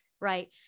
Right